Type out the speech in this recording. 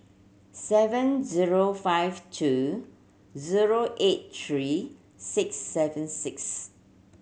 seven zero five two zero eight three six seven six